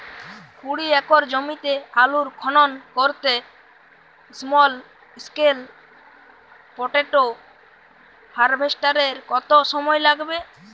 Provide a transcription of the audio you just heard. কুড়ি একর জমিতে আলুর খনন করতে স্মল স্কেল পটেটো হারভেস্টারের কত সময় লাগবে?